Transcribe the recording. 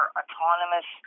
autonomous